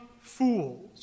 fools